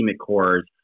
cores